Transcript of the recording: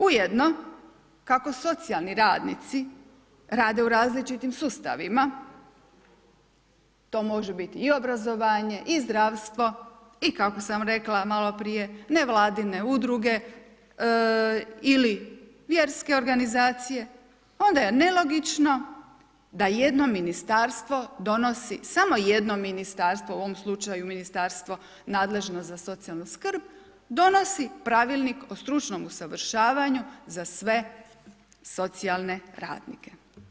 Ujedno, kako socijalni radnici rade u različitim sustavima, to može biti i obrazovanje i zdravstvo i kako sam rekla maloprije nevladine udruge ili vjerske organizacije, onda je nelogično da jedno ministarstvo donosi, samo jedno ministarstvo, u ovom slučaju ministarstvo nadležno za socijalnu skrb, donosi pravilnik o stručnom usavršavanju za sve socijalne radnike.